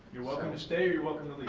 you're welcome to stay or you're welcome